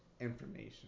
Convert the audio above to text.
information